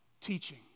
teaching